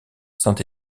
saint